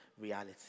reality